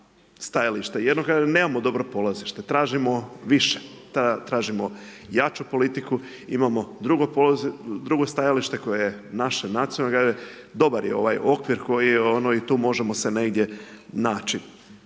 stajališta. Jedno kaže nemamo dobro polazište, tražimo više, tražimo jaču politiku, imamo drugo stajalište koje je naše nacionalno, dobar je ovaj okvir koji je, ono, i tu možemo se negdje naći.